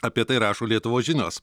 apie tai rašo lietuvos žinios